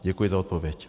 Děkuji za odpověď.